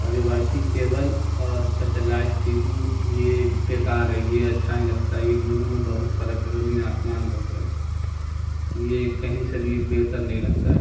اور روایتی کیبل اور سیٹلائٹ ٹی وی یہ بے کار ہے یہ اچھا نہیں لگتا یہ دونوں میں بہت فرق ہے زمین آسمان کا فرق ہے یہ کہیں سے بھی بہتر نہیں لگتا ہے